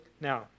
Now